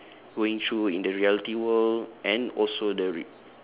going through in the reality world and also the re~